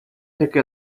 take